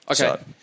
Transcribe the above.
Okay